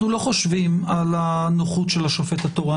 אנחנו לא חושבים על הנוחות של השופט התורן.